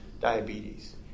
Diabetes